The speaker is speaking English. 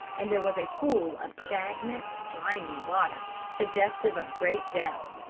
and there was a pool of stagnant, slimy water, suggestive of great depth.